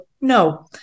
no